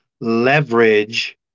leverage